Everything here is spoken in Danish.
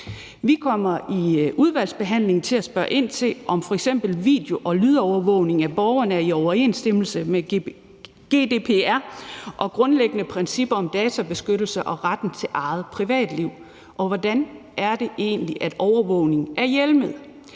Vi kommer i udvalgsbehandlingen til at spørge ind til, om f.eks. video- og lydovervågning af borgerne er i overensstemmelse med GDPR og grundlæggende principper om databeskyttelse og retten til privatliv. Og hvordan er det egentlig, at overvågning er hjemlet?